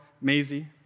Maisie